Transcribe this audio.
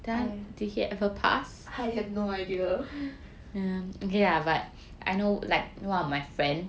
I have no idea